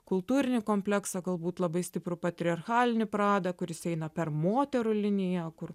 kultūrinį kompleksą galbūt labai stiprų patriarchalinį pradą kuris eina per moterų liniją kur